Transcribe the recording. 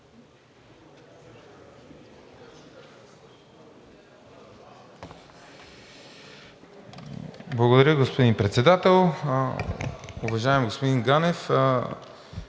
Благодаря, господин Председател. Уважаеми господин Ганев,